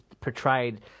portrayed